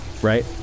right